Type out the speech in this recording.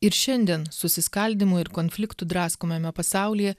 ir šiandien susiskaldymo ir konfliktų draskomame pasaulyje